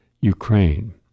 Ukraine